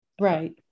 Right